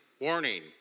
Warning